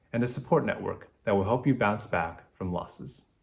and a support network that will help you bounce back from losses.